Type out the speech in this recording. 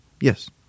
Yes